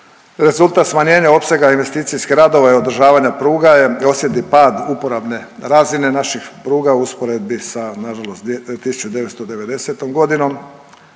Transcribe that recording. Rezultat smanjenja opsega investicijskih radova i održavanja pruga je osjetni pad uporabne razine naših pruga u usporedbi sa, nažalost 1990. g.